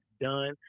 done